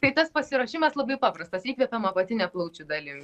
tai tas pasiruošimas labai paprastas įkvepiam apatine plaučių dalim